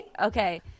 okay